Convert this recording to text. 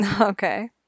Okay